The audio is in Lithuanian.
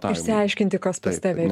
išsiaiškinti kas pas tave